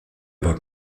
war